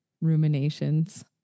ruminations